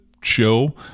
show